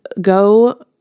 go